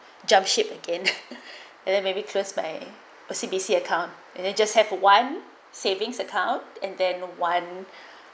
jump ship again and then maybe curse may O_C_B_C account and then just have one savings account and then one